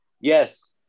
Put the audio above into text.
Yes